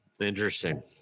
Interesting